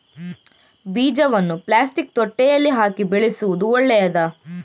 ಬೀಜವನ್ನು ಪ್ಲಾಸ್ಟಿಕ್ ತೊಟ್ಟೆಯಲ್ಲಿ ಹಾಕಿ ಬೆಳೆಸುವುದು ಒಳ್ಳೆಯದಾ?